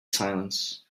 silence